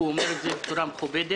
כי הוא אומר אותם בצורה מכובדת,